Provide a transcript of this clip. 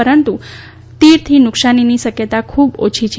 પરંતુ રણતીડથી નુકશાનીની શક્યતા ખુબ ઓછી છે